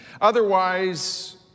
Otherwise